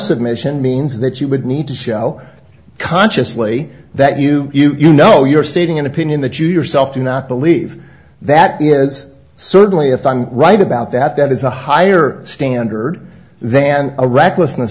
submission means that you would need to show consciously that you you know you are stating an opinion that you yourself do not believe that is certainly if i'm right about that that is a higher standard than a recklessness